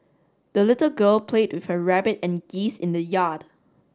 the little girl played with her rabbit and geese in the yard